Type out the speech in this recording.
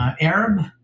Arab